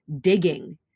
digging